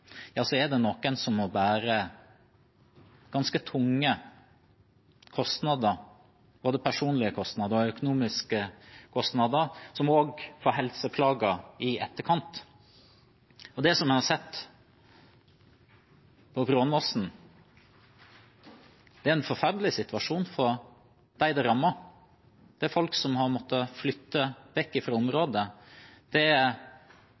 er det noen som må bære ganske tunge kostnader, både personlige kostnader og økonomiske kostnader, og som får helseplager i etterkant. Det en har sett på Brånåsen, er en forferdelig situasjon for dem det rammer. Det er folk som har måttet flytte vekk fra området. Det